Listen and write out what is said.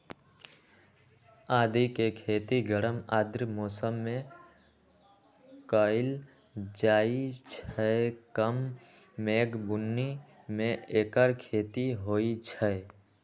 आदिके खेती गरम आर्द्र मौसम में कएल जाइ छइ कम मेघ बून्नी में ऐकर खेती होई छै